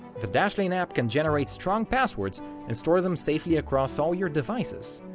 the dashlane app can generate strong passwords and store them safely across all your devices,